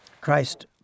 Christ